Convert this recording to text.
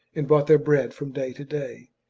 and bought their bread from day to day.